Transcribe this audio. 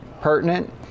pertinent